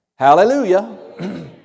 Hallelujah